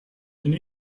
and